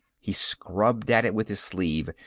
he scrubbed at it with his sleeve,